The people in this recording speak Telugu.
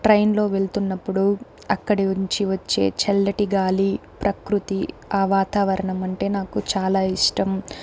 ట్రైన్లో వెళ్తున్నప్పుడు అక్కడి ఉంచి వచ్చే చల్లటి గాలి ప్రకృతి ఆ వాతావరణం అంటే నాకు చాలా ఇష్టం